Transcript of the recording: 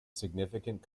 significant